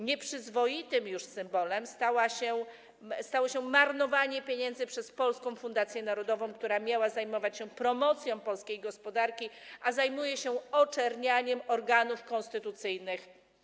Nieprzyzwoitym symbolem stało się marnowanie pieniędzy przez Polską Fundację Narodową, która miała zajmować się promocją polskiej gospodarki, a zajmuje się oczernianiem organów konstytucyjnych państwa.